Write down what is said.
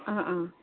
অঁ অঁ